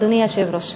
אדוני היושב-ראש,